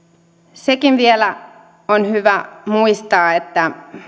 sekin vielä on hyvä muistaa että